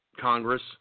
Congress